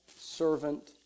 servant